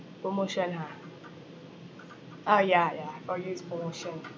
promotion ha ah ya ya for you is promotion